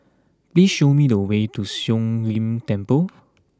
please show me the way to Siong Lim Temple